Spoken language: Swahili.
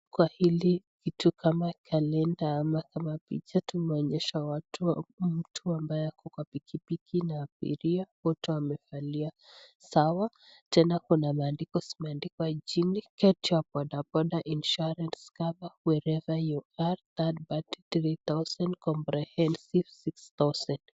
Kwa hili kitu kama kalenda ama picha tunaonyeshwa mtu ambaye ako kwa pikipiki na abiria wote wamevalia sawa. Tena kuna maandiko zimeandikwa chini get your boda boda insurance cover wherever you are third party 3000/- , comprehensive 6000/- .